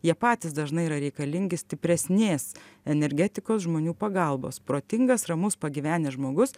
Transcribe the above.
jie patys dažnai yra reikalingi stipresnės energetikos žmonių pagalbos protingas ramus pagyvenęs žmogus